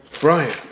Brian